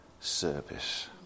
service